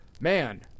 man